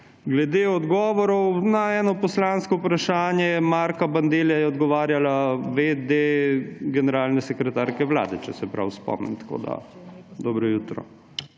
Glede odgovorov na eno poslansko vprašanje Marka Bandellija je odgovarjala v. d. generalne sekretarke Vlade, če se prav spomnim, tako